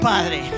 Padre